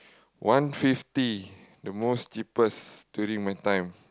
one fifty the most cheaP_E_St during my time